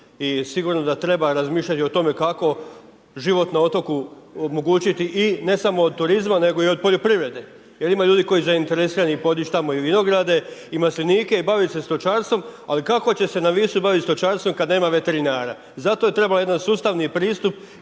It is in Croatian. i sigurno da treba razmišljati o tome kako život na otoku omogućiti i ne samo od turizma, nego od poljoprivrede. Ima ljudi koji su zainteresirani podić tamo i vinograde i maslenike i bavit se stočarstvom, ali kako će se na Visu bavit stočarstvom kad nema veterinara? Zato treba jedan sustavni pristup